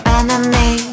enemy